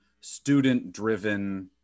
student-driven